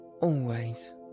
Always